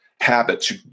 habits